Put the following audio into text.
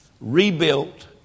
rebuilt